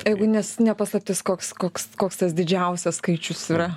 o jeigu nes ne paslaptis koks koks koks tas didžiausias skaičius yra